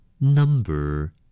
Number